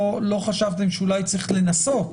לא חשבתם שאולי צריך לנסות,